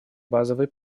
базовые